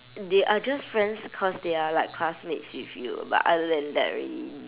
they are just friends cause they are like classmates with you but other than that really